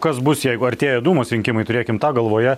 kas bus jeigu artėja dūmos rinkimai turėkim tą galvoje